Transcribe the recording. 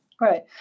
Right